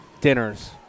dinners